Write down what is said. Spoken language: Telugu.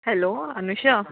హలో అనూష